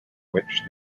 which